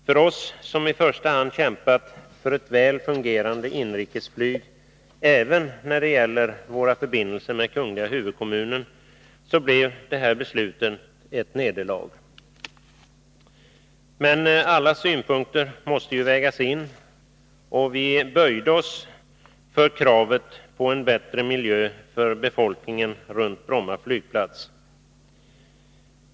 För oss somi första hand kämpat för ett väl fungerande inrikesflyg även när det gäller våra förbindelser med kungl. huvudkommunen blev detta beslut ett nederlag. Men alla synpunkter måste ju vägas in, och vi böjde oss för kravet på en bättre miljö för befolkningen runt Bromma flygplats.